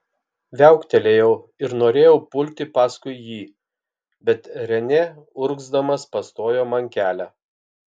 viauktelėjau ir norėjau pulti paskui jį bet renė urgzdamas pastojo man kelią